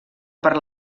per